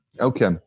okay